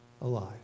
alive